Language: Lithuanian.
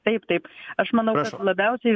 taip taip aš manau labiausiai